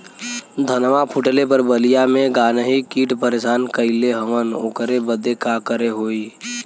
धनवा फूटले पर बलिया में गान्ही कीट परेशान कइले हवन ओकरे बदे का करे होई?